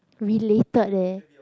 related leh